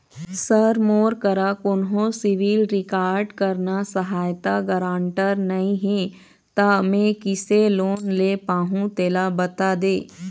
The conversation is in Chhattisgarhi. सर मोर करा कोन्हो सिविल रिकॉर्ड करना सहायता गारंटर नई हे ता मे किसे लोन ले पाहुं तेला बता दे